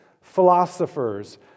philosophers